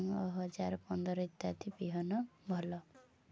ହଜାର ପନ୍ଦର ଇତ୍ୟାଦି ବିହନ ଭଲ